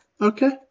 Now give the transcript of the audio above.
Okay